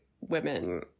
women